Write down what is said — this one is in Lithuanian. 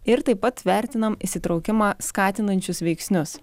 ir taip pat vertinam įsitraukimą skatinančius veiksnius